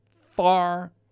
far